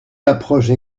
l’approche